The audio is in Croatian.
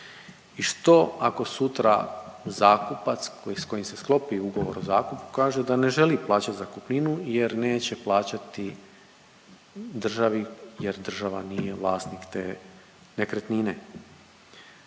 I što ako sutra zakupac s kojim se sklopi ugovor o zakupu kaže da ne želi plaćati zakupninu jer neće plaćati državi jer država nije vlasnik te nekretnine.